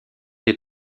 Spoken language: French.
des